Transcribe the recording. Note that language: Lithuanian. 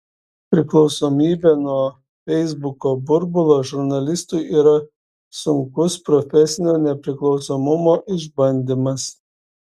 priklausomybė nuo feisbuko burbulo žurnalistui yra sunkus profesinio nepriklausomumo išbandymas